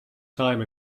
time